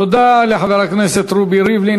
תודה לחבר הכנסת רובי ריבלין.